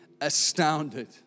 astounded